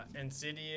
Insidious